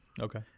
Okay